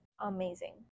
amazing